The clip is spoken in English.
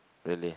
really